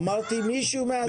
אמרתי מישהו מהמשרד.